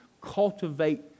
cultivate